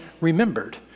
remembered